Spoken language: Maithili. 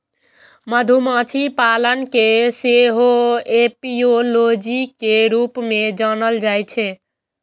मधुमाछी पालन कें सेहो एपियोलॉजी के रूप मे जानल जाइ छै